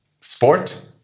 sport